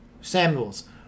Samuels